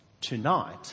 tonight